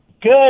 Good